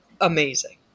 amazing